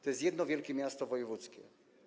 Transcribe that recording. To jest jedno wielkie miasto wojewódzkie.